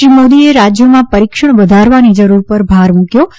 શ્રી મોદીએ રાજ્યોમાં પરીક્ષણ વધારવાની જરૂર પર ભાર મૂકવો